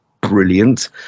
brilliant